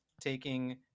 taking